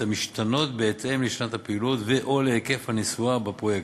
המשתנות בהתאם לשנת הפעילות או להיקף הנסועה בפרויקט.